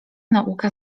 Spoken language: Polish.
nauka